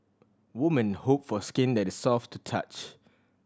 woman hope for skin that is soft to touch